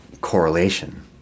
correlation